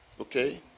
okay